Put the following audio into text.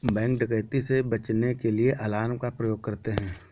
bank डकैती से बचने के लिए अलार्म का प्रयोग करते है